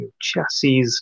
chassis